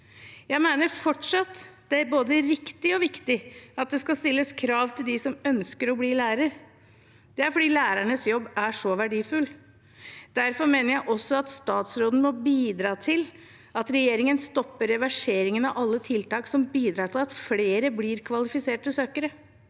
Jeg mener fortsatt det er både riktig og viktig at det skal stilles krav til dem som ønsker å bli lærer. Det er fordi lærernes jobb er så verdifull. Derfor mener jeg også at statsråden må bidra til at regjeringen stopper reverseringen av alle tiltak som bidrar til at flere blir kvalifiserte søkere.